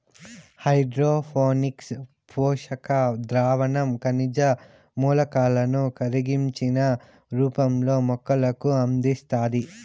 hydroponics పోషక ద్రావణం ఖనిజ మూలకాలను కరిగించిన రూపంలో మొక్కలకు అందిస్తాది